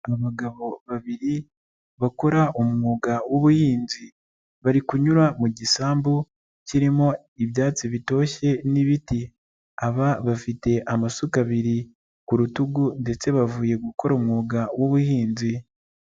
Aba babiri bakora umwuga w'ubuhinzi, bari kunyura mu gisambu kirimo ibyatsi bitoshye n'ibiti. Aba bafite amasuka abiri ku rutugu ndetse bavuye gukora umwuga w'ubuhinzi.